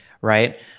right